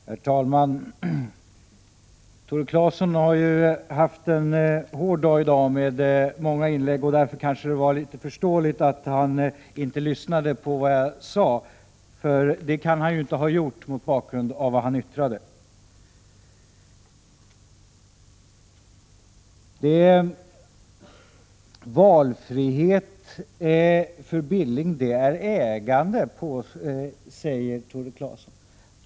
Herr talman! Tore Claeson har haft en hård dag med många inlägg, och det är kanske därför förståeligt att han inte lyssnade på vad jag sade — det kan han inte ha gjort, mot bakgrund av vad han yttrade. Valfrihet för Billing är ägande, säger Tore Claeson.